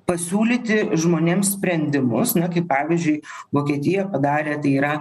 pasiūlyti žmonėms sprendimus na kaip pavyzdžiui vokietija padarė tai yra